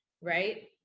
right